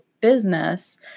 business